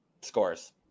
Scores